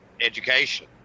education